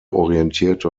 orientierte